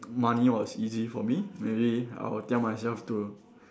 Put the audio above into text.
money was easy for me maybe I will tell myself to